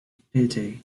pity